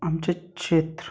आमचें क्षेत्र